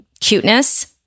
cuteness